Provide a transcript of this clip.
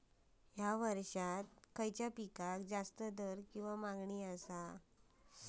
हया वर्सात खइच्या पिकाक जास्त दर किंवा मागणी आसा?